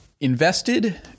invested